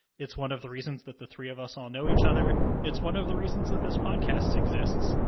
it's one of the reasons that the three of us all know each other it's one of the reasons that this podcast exists!